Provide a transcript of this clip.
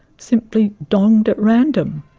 simply donged at random?